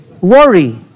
worry